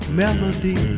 melody